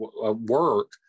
work